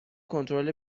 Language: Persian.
کنترل